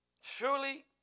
Surely